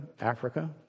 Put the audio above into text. Africa